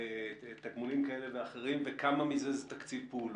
ותגמולים כאלה ואחרים וכמה מזה הוא תקציב פעולות?